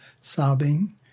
sobbing